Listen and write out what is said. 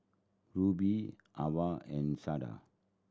Rube Avah and Sharde